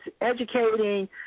educating